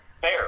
fair